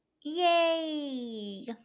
Yay